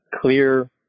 clear